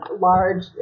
large